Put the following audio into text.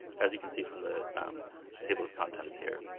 as you can see from the table of contents here,